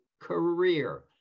career